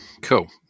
Cool